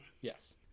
Yes